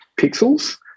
pixels